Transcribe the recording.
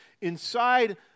inside